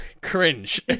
cringe